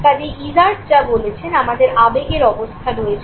কাজেই ইজারড যা বলেছেন আমাদের আবেগের অবস্থা রয়েছে